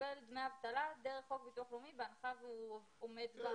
יקבל דמי אבטלה דרך חוק ביטוח לאומי בהנחה שהוא עומד בתנאים.